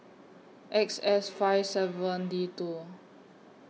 X S five seven D two